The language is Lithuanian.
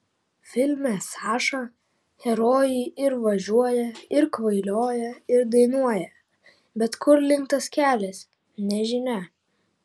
filme saša herojai ir važiuoja ir kvailioja ir dainuoja bet kur link tas kelias nežinia